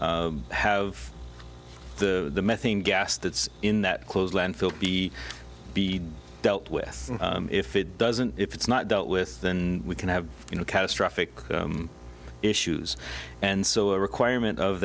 have the methane gas that's in that closed landfill be be dealt with if it doesn't if it's not dealt with then we can have you know catastrophic issues and so a requirement of